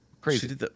crazy